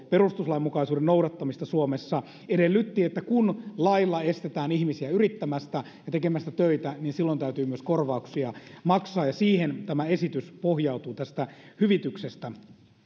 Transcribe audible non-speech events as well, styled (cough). (unintelligible) perustuslainmukaisuuden noudattamista suomessa edellytti että kun lailla estetään ihmisiä yrittämästä ja tekemästä töitä niin silloin täytyy myös korvauksia maksaa ja siihen pohjautuu tämä esitys tästä hyvityksestä